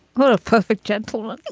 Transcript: what a perfect gentleman